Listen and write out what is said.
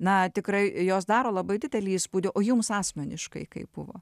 na tikrai jos daro labai didelį įspūdį o jums asmeniškai kaip buvo